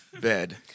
bed